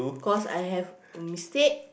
cause I have a mistake